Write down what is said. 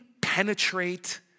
penetrate